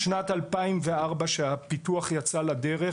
בשנת 2004 כשהפיתוח יצא לדרך,